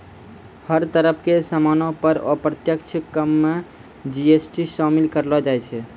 हर तरह के सामानो पर अप्रत्यक्ष कर मे जी.एस.टी शामिल करलो जाय छै